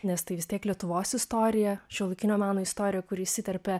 nes tai vis tiek lietuvos istorija šiuolaikinio meno istorija kuri įsiterpia